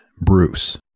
Bruce